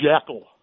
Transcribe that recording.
jackal